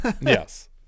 yes